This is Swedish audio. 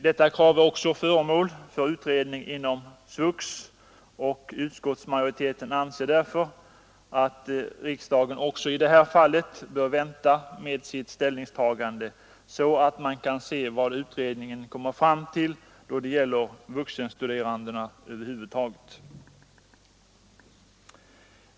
Detta krav är också föremål för utredning inom SVUX, och utskottsmajoriteten anser därför att riksdagen också i det här fallet bör vänta med sitt ställningstagande till dess man sett vad utredningen kommer fram till när det gäller vuxenstuderande över huvud taget.